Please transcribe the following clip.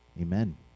Amen